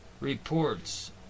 reports